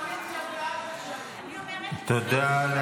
תודה.